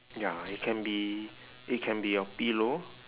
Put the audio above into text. ya it can be it can be your pillow